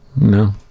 No